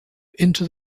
into